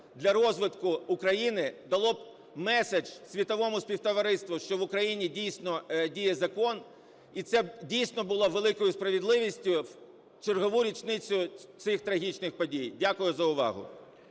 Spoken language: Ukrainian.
для розвитку України, дало меседж світовому співтовариству, що в Україні, дійсно, діє закон. І це було б великою справедливістю в чергову річницю цих трагічних подій. Дякую за увагу.